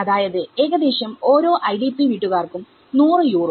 അതായത് ഏകദേശം ഓരോ IDP വീട്ടുകാർക്കും 100 യൂറോ